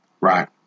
right